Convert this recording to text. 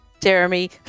Jeremy